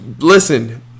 listen